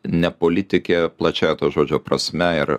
ne politikė plačiąja to žodžio prasme ir